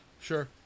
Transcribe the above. Sure